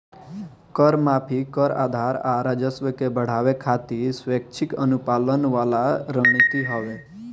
कर माफी, कर आधार आ राजस्व के बढ़ावे खातिर स्वैक्षिक अनुपालन वाला रणनीति हवे